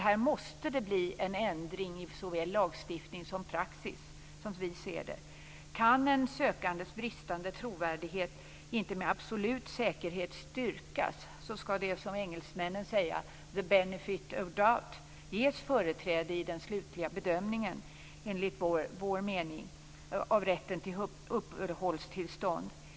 Här måste det bli en ändring i såväl lagstiftning som praxis, som vi ser det. Kan en sökandes bristande trovärdighet inte med absolut säkerhet styrkas skall det som engelsmännen kallar the benefit of doubt ges företräde i den slutliga bedömningen av rätten till uppehållstillstånd enligt vår mening.